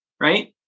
Right